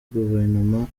gouvernement